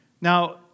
Now